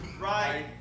right